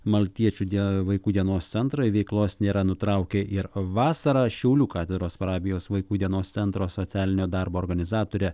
maltiečių die vaikų dienos centro veiklos nėra nutraukę ir vasarą šiaulių katedros parapijos vaikų dienos centro socialinio darbo organizatorė